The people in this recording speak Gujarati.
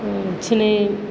છે ને